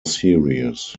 series